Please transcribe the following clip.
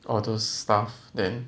all those stuff then